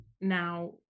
now